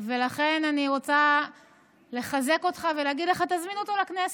ולכן אני רוצה לחזק אותך ולהגיד לך: תזמין אותו לכנסת,